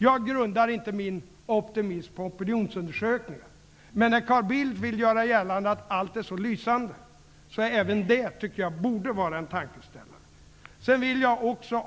Jag grundar inte min optimism på opinionsundersökningar, men att Carl Bildt vill göra gällande att allt är så lysande borde ge en tankeställare.